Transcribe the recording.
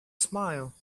smile